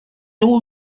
all